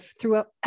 throughout